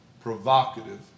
provocative